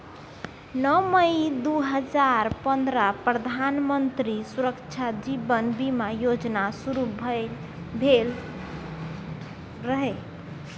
नौ मई दु हजार पंद्रहमे प्रधानमंत्री सुरक्षा जीबन बीमा योजना शुरू भेल रहय